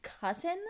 cousin